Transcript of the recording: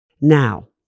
Now